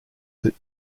that